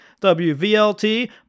WVLT